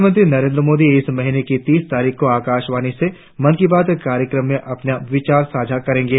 प्रधानमंत्री नरेंद्र मोदी इस महीने की तीस तारीख को आकाशवाणी से मन की बात कार्यक्रम में अपने विचार साझा करेंगे